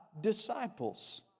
disciples